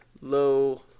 low